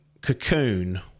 Cocoon